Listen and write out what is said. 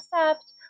accept